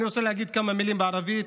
אני רוצה להגיד כמה מילים בערבית.